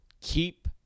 keep